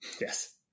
Yes